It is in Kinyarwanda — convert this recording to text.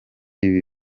ibi